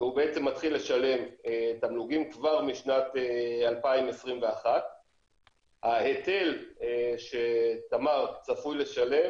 והוא מתחיל לשלם תמלוגים כבר משנת 2021. ההיטל שתמר צפוי לשלם